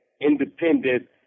independent